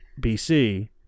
BC